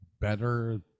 better